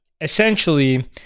essentially